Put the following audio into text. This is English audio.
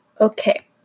Okay